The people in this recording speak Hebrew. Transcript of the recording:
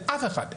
אף אחד,